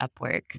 Upwork